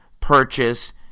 purchase